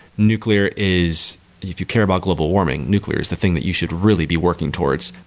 nuclear is if you care about global warming, nuclear is the thing that you should really be working towards.